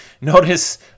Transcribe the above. Notice